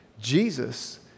Jesus